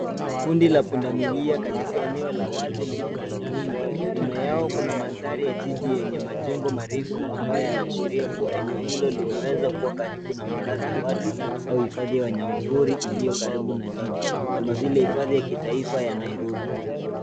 Kundi la pundamilia katika eneo la wazi lenye nyasi nyingi. Nyuma yao kuna mandhari ya jiji yenye majengo marefu ambayo yanaashiria kuwa eneo hilo linaweza kuwa karibu na makazi ya watu au hifadhi ya wanyama pori iliyo karibu na jiji kama vile hifadhi ya kitaifa ya Nairobi.